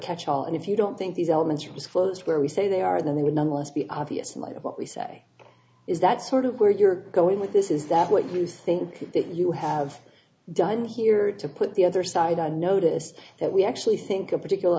catchall and if you don't think these elements was close to where we say they are then they would nonetheless be obvious in light of what we say is that sort of where you're going with this is that what you think you have done here to put the other side and noticed that we actually think a particular